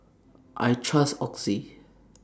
I Trust Oxy